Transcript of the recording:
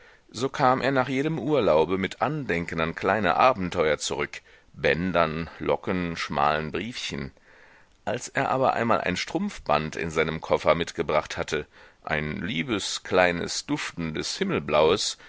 so kam er nach jedem urlaube mit andenken an kleine abenteuer zurück bändern locken schmalen briefchen als er aber einmal ein strumpfband in seinem koffer mitgebracht hatte ein liebes kleines duftendes himmelblaues